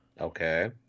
Okay